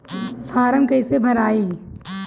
Form कईसे भराई?